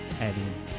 adding